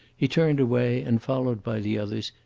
he turned away and, followed by the others,